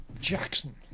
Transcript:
Jackson